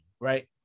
right